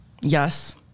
Yes